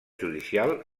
judicial